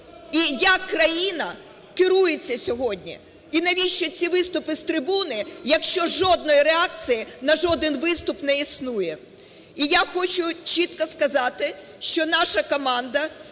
і як країна керується сьогодні. І навіщо ці виступи з трибуни, якщо жодної реакції на жоден виступ не існує. І я хочу чітко сказати, що наша команда